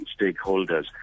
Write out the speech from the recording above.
stakeholders